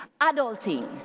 adulting